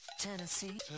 Tennessee